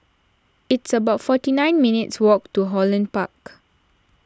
it's about forty nine minutes' walk to Holland Park